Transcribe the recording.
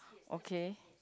okay